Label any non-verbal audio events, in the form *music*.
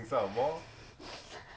*laughs*